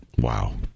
Wow